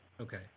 Okay